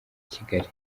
kigali